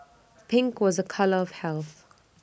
pink was A colour of health